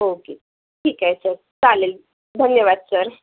okay ठीक आहे sir चालेल धन्यवाद सर